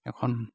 এখন